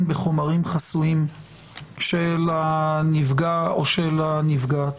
בחומרים חסויים של הנפגע או של הנפגעת.